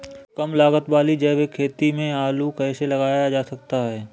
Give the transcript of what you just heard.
कम लागत वाली जैविक खेती में आलू कैसे लगाया जा सकता है?